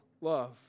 love